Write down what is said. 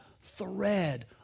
thread